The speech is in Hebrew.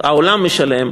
העולם משלם,